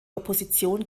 opposition